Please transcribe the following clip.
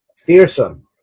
fearsome